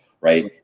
right